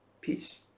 peace